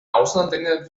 außenantenne